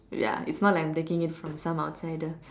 ya it's not like I'm taking it from some outsider